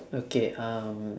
okay um